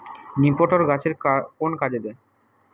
নিপটর গাছের কোন কাজে দেয়?